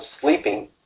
sleeping